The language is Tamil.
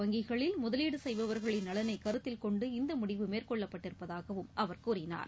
வங்கிகளில் முதலீடு செய்பவர்களின் நலனை கருத்தில்கொண்டு இந்த முடிவு கூட்டுறவு மேற்கொள்ளப்பட்டிருப்பதாகவும் அவர் கூறினார்